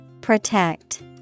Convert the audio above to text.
Protect